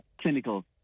clinical